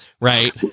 Right